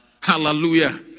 Hallelujah